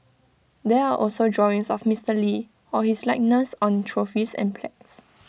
there are also drawings of Mister lee or his likeness on trophies and plagues